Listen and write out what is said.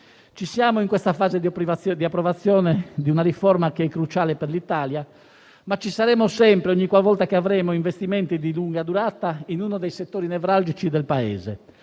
ci siamo in questa fase di approvazione di una riforma che è cruciale per l'Italia, ma ci saremo sempre, ogni qualvolta avremo investimenti di lunga durata in uno dei settori nevralgici del Paese.